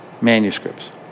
manuscripts